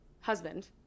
husband